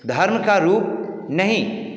धर्म का रूप नहीं